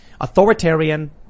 Authoritarian